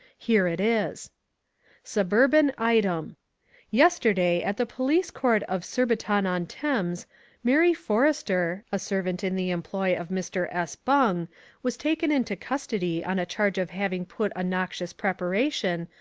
here it is suburban item yesterday at the police court of surbiton-on-thames mary forrester, a servant in the employ of mr. s. bung was taken into custody on a charge of having put a noxious preparation,